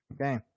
Okay